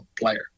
player